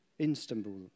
Istanbul